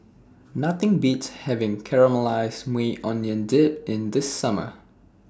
Nothing Beats having Caramelized Maui Onion Dip in The Summer